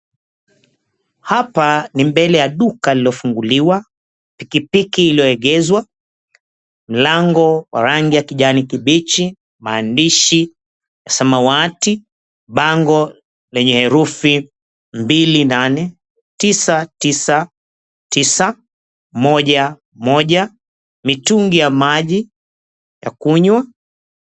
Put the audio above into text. Hapa ni mbele ya duka lililofunguliwa, pikipiki iliyoegezwa, mlango wa rangi ya kijani kibichi, maandishi samawati. Bango lenye herufi: mbili, nane, tisa, tisa, tisa, moja, moja. Mitungi ya maji ya kunywa.